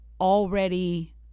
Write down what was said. already